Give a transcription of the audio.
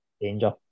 danger